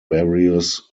various